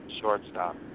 shortstop